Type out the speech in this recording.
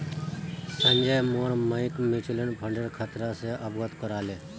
संजय मोर मइक म्यूचुअल फंडेर खतरा स अवगत करा ले